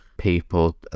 people